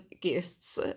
guests